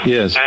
Yes